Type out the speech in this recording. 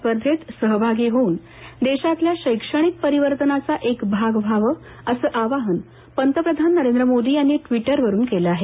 स्पर्धेत सहभागी होऊन देशातल्या शैक्षणिक परिवर्तनाचा एक भाग व्हावं असं आवाहन पंतप्रधान मोदी यांनी ट्विटरवरून केलं आहे